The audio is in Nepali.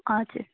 हजुर